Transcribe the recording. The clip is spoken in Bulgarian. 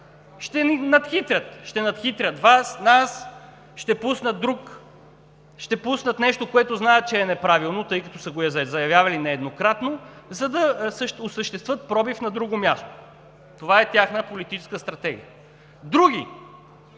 ще пуснат друг, ще пуснат нещо, което знаят, че е неправилно, тъй като са го заявявали нееднократно, за да осъществят пробив на друго място. Това е тяхна политическа стратегия. ХАСАН